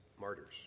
martyrs